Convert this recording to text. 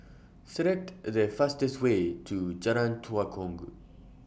Select The fastest Way to Jalan Tua Kong